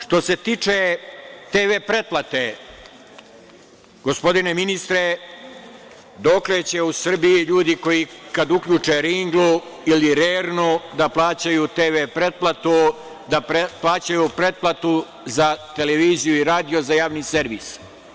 Što se tiče TV pretplate, gospodine ministre, dokle će u Srbiji ljudi koji kada uključe ringlu ili rernu da plaćaju TV pretplatu, da plaćaju pretplatu za televiziju i radio za javni servis?